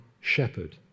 shepherd